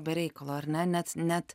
be reikalo ar ne net net